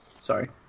Sorry